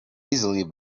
easily